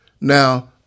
Now